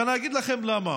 ואני אגיד לכם למה: